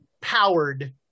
powered